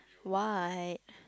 why